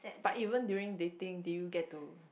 but even during dating do you get to